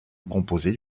composée